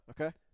Okay